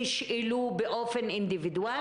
תשאלו באופן אינדיבידואלי,